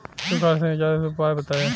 सुखार से निजात हेतु उपाय बताई?